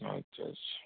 আচ্ছা আচ্ছা